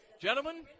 gentlemen